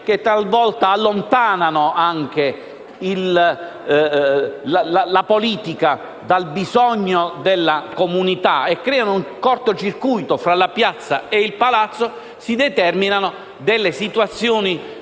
che talvolta allontanano la politica dal bisogno della comunità e creano un corto circuito tra la piazza e il palazzo che determina situazioni